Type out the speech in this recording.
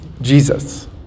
Jesus